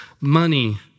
money